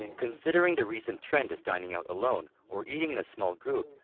considering the recent trend is dining out alone or eating in a small group,